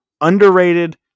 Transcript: underrated